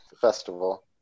festival